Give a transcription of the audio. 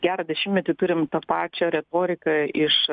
gerą dešimtmetį turim tą pačią retoriką iš